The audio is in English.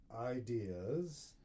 ideas